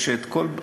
זה שאת כל,